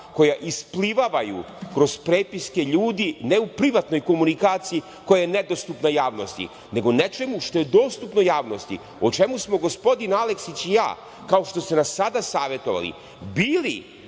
koja isplivavaju kroz prepiske ljudi ne u privatnoj komunikaciji koja je nedostupna javnosti, nego u nečemu što je dostupno javnosti, o čemu smo gospodin Aleksić i ja, kao što ste nas sada savetovali, bili